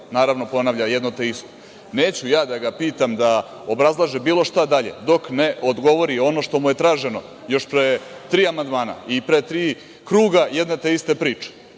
naravno, ponavlja jedno te isto. Neću ja da ga pitam da obrazlaže bilo šta dalje, dok ne odgovori ono što mu je traženo još pre tri amandmana i pre tri kruga jedna te ista priča.